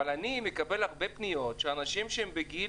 אבל אני מקבל הרבה פניות של אנשים בגיל